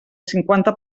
cinquanta